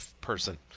person